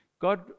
God